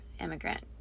immigrant